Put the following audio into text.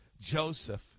Joseph